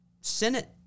Senate